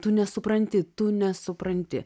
tu nesupranti tu nesupranti